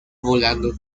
volando